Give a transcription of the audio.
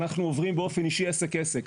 אנחנו עוברים באופן אישי עסק עסק.